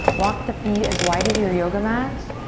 walk the feet as wide as your yoga mat,